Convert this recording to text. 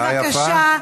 בבקשה,